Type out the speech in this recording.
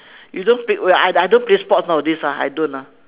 you don't play I I don't play sport nowadays ah I don't ah